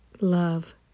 love